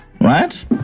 right